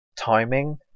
timing